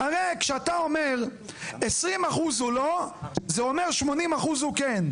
הרי כשאתה אומר 20% הוא לא, זה אומר 80% הוא כן.